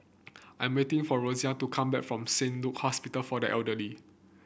I'm waiting for Rosina to come back from Saint Luke Hospital for the Elderly